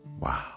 wow